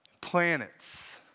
planets